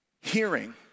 hearing